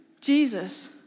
Jesus